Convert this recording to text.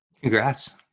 Congrats